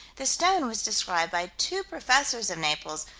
the stone was described by two professors of naples,